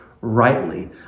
rightly